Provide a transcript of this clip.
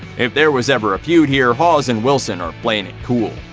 if there was ever a feud here, hawes and wilson are playing it cool.